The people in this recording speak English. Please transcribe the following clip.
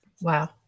wow